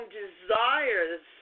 desires